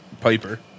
piper